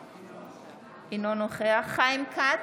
אינו נוכח אמילי חיה מואטי,